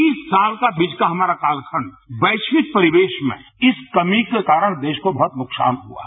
तीस साल का बीच का हमारा कालखंड वैश्विक परिवेश में इस कमी के कारण देश को बहुत नुकसान हुआ है